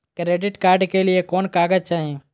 Credit card के लिए कौन कागज चाही?